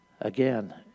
Again